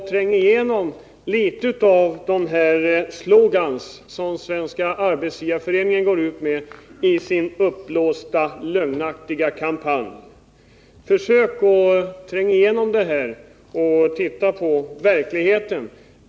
Försök att se litet bakom de slogans som Svenska arbetsgivareföreningen går ut med i sin uppblåsta, lögnaktiga kampanj! Försök att i stället se på verkligheten!